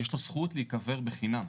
יש לו זכות להיקבר בחינם,